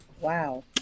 Wow